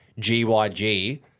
GYG